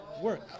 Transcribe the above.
Work